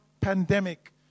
pandemic